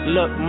Look